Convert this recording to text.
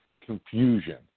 Confusion